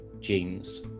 genes